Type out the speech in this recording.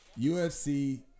UFC